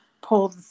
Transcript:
pull